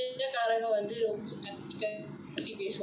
indiyaa kaaraangannaa avlo mosamaa pesuvaangannu and then he was like the india காரங்க வந்து ரொம்ப கத்தி கத்தி பேசுவாங்க அந்த:kaaranga vanthu romba kathi kathi pesuvaanga antha point புரியாது நீ போய் பாத்தாதான் உனக்கு புரியும் அன்னைக்குதான் நான் பாத்தேன்:puriyaathu nee poi paathaathaan unakku puriyum annaikuthaan naan paathaen it was at A_J_C